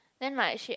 then like she